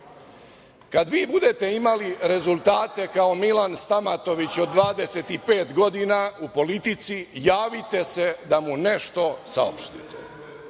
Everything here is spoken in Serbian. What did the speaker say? kada vi budete imali rezultate kao Milan Stamatović od 25 godina u politici, javite se da mu nešto saopštite.